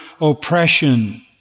oppression